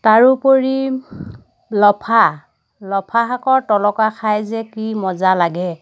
তাৰোপৰি লফা লফা শাকৰ তলকা খাই যে কি মজা লাগে